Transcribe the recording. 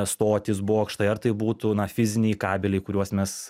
stotys bokštai ar tai būtų na fiziniai kabeliai kuriuos mes